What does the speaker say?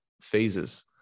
phases